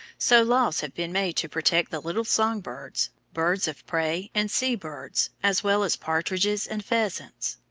so laws have been made to protect the little song-birds, birds of prey, and sea-birds, as well as partridges and pheasants.